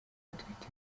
atwite